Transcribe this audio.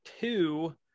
two